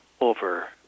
over